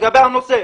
זה לא הנושא.